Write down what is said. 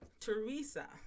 Teresa